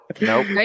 nope